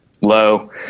low